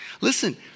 Listen